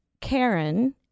Karen